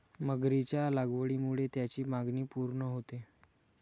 मगरीच्या लागवडीमुळे त्याची मागणी पूर्ण होते